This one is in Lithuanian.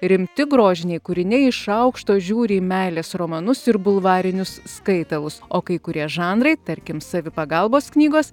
rimti grožiniai kūriniai iš aukšto žiūri į meilės romanus ir bulvarinius skaitalus o kai kurie žanrai tarkim savipagalbos knygos